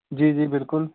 ਜੀ ਜੀ ਬਿਲਕੁਲ